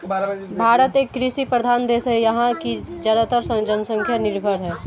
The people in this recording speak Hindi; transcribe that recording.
भारत एक कृषि प्रधान देश है यहाँ की ज़्यादातर जनसंख्या निर्भर है